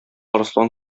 арыслан